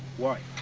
why,